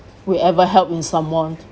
we ever helped in someone